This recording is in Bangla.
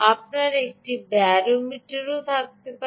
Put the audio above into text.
আপনার একটি ব্যারোমিটারও থাকতে পারে